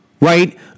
right